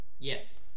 Yes